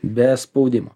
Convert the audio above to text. be spaudimo